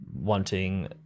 wanting